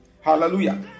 Hallelujah